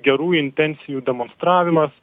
gerų intencijų demonstravimas